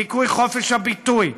דיכוי חופש הביטוי,